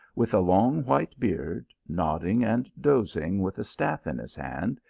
with a long white beard, nodding and dozing, with a staff in his hand,